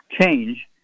change